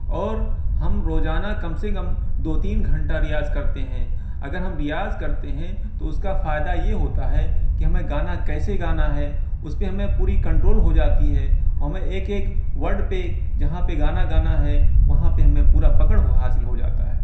اور ہم روزانہ کم سے کم دو تین گھنٹہ ریاض کرتے ہیں اگر ہم ریاض کرتے ہیں تو اس کا فائدہ یہ ہوتا ہے کہ ہمیں گانا کیسے گانا ہے اس پر ہمیں پوری کنٹرول ہو جاتی ہے اور ہمیں ایک ایک ورڈ پہ جہاں پہ گانا گانا ہے وہاں پہ ہمیں پورا پکڑ ہو حاصل ہو جاتا ہے